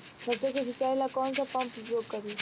सरसो के सिंचाई ला कौन सा पंप उपयोग करी?